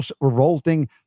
revolting